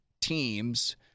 teams